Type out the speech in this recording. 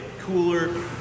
cooler